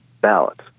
ballots